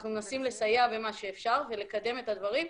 אנחנו מנסים לסייע במה שאפשר ולקדם את הדברים.